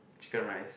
chicken rice